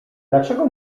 dlaczego